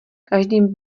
každým